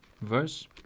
verse